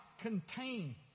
contain